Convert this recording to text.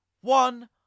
one